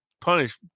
punish